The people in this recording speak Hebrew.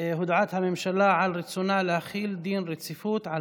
הודעת הממשלה על רצונה להחיל דין רציפות על